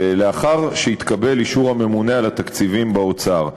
ולאחר שיתקבל אישור הממונה על התקציבים באוצר,